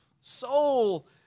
Soul